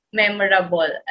memorable